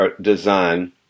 design